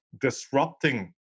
disrupting